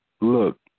look